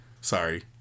sorry